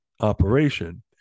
operation